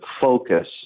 focus